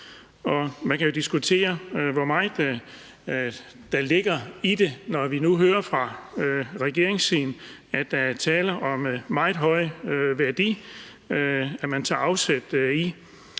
man kan jo diskutere, hvor meget der ligger i det, når vi nu hører fra regeringens side, at der er tale om meget høj værdi, og at man tager afsæt i